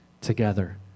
together